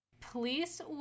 Police